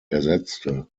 ersetzte